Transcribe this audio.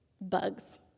bugs